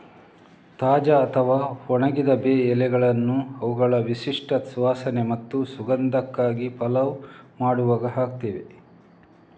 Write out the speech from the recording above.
ತಾಜಾ ಅಥವಾ ಒಣಗಿದ ಬೇ ಎಲೆಗಳನ್ನ ಅವುಗಳ ವಿಶಿಷ್ಟ ಸುವಾಸನೆ ಮತ್ತು ಸುಗಂಧಕ್ಕಾಗಿ ಪಲಾವ್ ಮಾಡುವಾಗ ಹಾಕ್ತೇವೆ